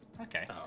Okay